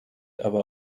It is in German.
aber